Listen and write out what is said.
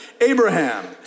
Abraham